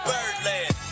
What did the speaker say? Birdland